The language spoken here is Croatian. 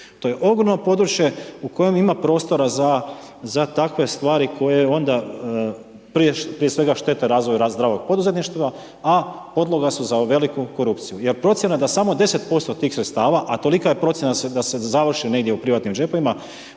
To je ogromno područje u kojem ima prostora za takve stvari koje onda prije svega štete razvoja za rast zdravog poduzetništva, a podloga su za veliku korupciju. Jer procjena da samo 10% tih sredstava a tolika je procjena da se završi negdje u privatnim džepovima,